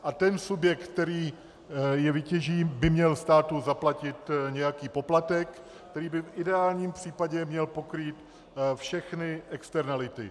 A ten subjekt, který je vytěží, by měl státu zaplatit nějaký poplatek, který by v ideálním případě měl pokrýt všechny externality.